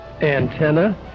antenna